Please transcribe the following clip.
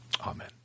Amen